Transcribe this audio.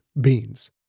Beans